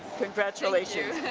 congratulations.